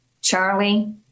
charlie